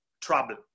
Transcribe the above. trouble